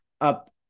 up